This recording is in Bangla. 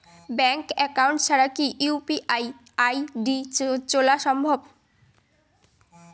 ব্যাংক একাউন্ট ছাড়া কি ইউ.পি.আই আই.ডি চোলা যাবে?